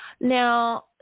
Now